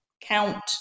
count